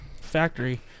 factory